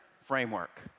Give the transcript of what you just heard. framework